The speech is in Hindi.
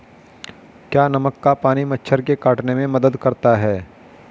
क्या नमक का पानी मच्छर के काटने में मदद करता है?